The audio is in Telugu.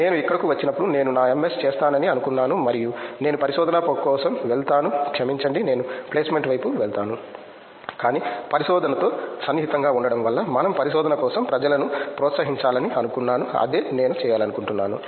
నేను ఇక్కడకు వచ్చినప్పుడు నేను నా MS చేస్తానని అనుకున్నాను మరియు నేను పరిశోధన కోసం వెళ్తాను క్షమించండి నేను ప్లేస్మెంట్ వైపు వెళ్తాను కానీ పరిశోధనతో సన్నిహితంగా ఉండడం వల్ల మనం పరిశోధన కోసం ప్రజలను ప్రోత్సహించాలని అనుకున్నాను అదే నేను చేయాలనుకుంటున్నాను